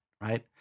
Right